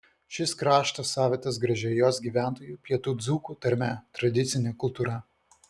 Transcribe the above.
šis kraštas savitas gražia jos gyventojų pietų dzūkų tarme tradicine kultūra